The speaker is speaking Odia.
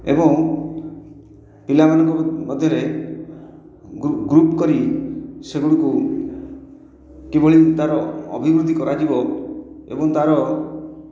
ଏବଂ ପିଲାମାନଙ୍କ ମଧ୍ୟରେ ଗ୍ରୁପ କରି ସେଗୁଡ଼ିକୁ କିଭଳି ତାର ଅଭିବୃଦ୍ଧି କରାଯିବ ଏବଂ ତାର